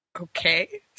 Okay